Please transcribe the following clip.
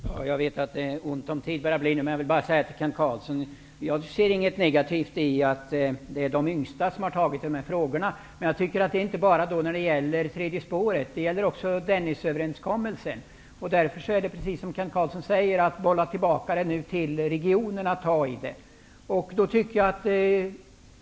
Herr talman! Jag vet att det är ont om tid, men jag vill bara säga några saker till Kent Carlsson. Jag ser inget negativt med att det är de yngsta som har tagit tag i dessa frågor. Det gäller inte bara det tredje spåret, utan det gäller också Dennisöverenskommelsen. Det är precis som Kent Carlsson säger, att man nu bollar tillbaka frågan till regionen.